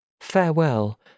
Farewell